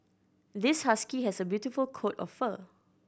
this husky has a beautiful coat of fur